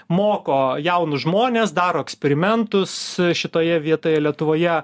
moko jaunus žmones daro eksperimentus šitoje vietoje lietuvoje